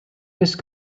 just